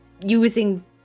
using